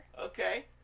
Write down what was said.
Okay